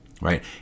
right